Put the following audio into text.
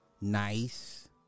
nice